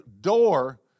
door